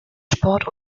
sport